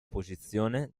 posizione